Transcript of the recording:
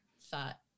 thought